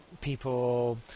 people